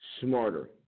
smarter